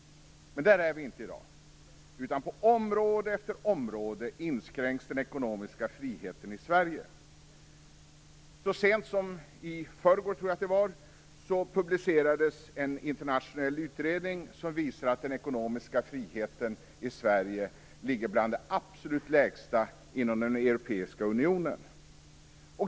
Men där är vi inte i dag, utan på område efter område inskränks den ekonomiska friheten i Sverige. Så sent som i förrgår - tror jag att det var - publicerades en internationell utredning som visar att den ekonomiska friheten i Sverige ligger bland de absolut lägsta inom den europeiska unionen.